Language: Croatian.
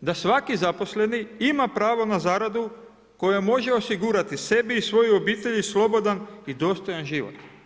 da svaki zaposleni ima pravo na zaradu koja može osigurati sebi i svojoj obitelji slobodan i dostojan život.